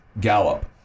Gallup